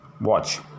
watch